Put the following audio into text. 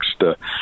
next –